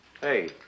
Hey